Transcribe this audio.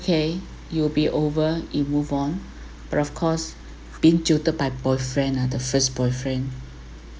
okay you will be over it move on but of course been tutor by boyfriend ah the first boyfriend